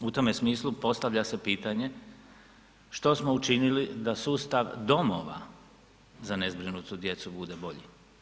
U tome smislu postavlja se pitanje što smo učinili da sustav domova za nezbrinutu djecu bude bolji?